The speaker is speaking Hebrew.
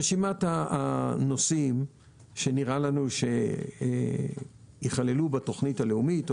רשימת הנושאים שנראה לנו שיכללו בתוכנית הלאומית או